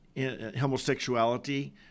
homosexuality